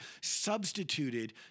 substituted